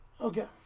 Okay